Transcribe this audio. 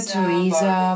Teresa